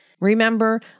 Remember